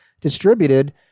distributed –